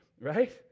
right